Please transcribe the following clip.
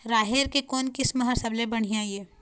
राहेर के कोन किस्म हर सबले बढ़िया ये?